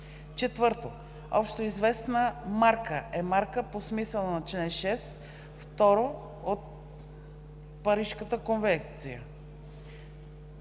начин. 4. „Общоизвестна марка“ е марка по смисъла на чл. 6, второ от Парижката конвенция.